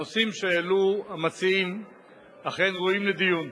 הנושאים שהעלו המציעים אכן ראויים לדיון.